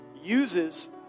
uses